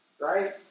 Right